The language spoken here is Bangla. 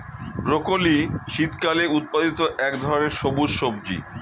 ব্রকলি শীতকালে উৎপাদিত এক ধরনের সবুজ সবজি